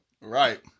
Right